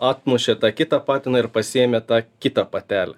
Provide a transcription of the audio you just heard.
atmušė tą kitą patiną ir pasiėmė tą kitą patelę